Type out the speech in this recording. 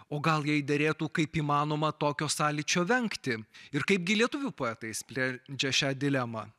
o gal jai derėtų kaip įmanoma tokio sąlyčio vengti ir kaipgi lietuvių poetai sprendžia šią dilemą